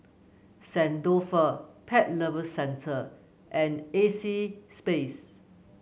Saint Dalfour Pet Lovers Center and A C space